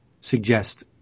suggest